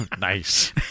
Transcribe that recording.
Nice